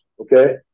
okay